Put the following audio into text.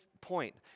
point